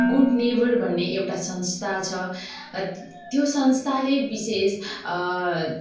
good neighbour भन्ने एउटा संस्था छ त्यो संस्थाले विशेष